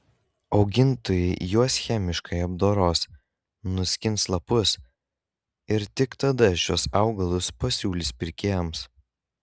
augintojai juos chemiškai apdoros nuskins lapus ir tik tada šiuos augalus pasiūlys pirkėjams